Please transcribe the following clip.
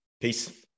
Peace